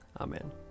Amen